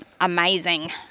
amazing